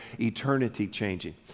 eternity-changing